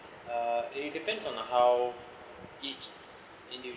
uh it depends on the how each individual